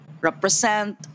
represent